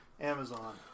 Amazon